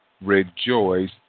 rejoice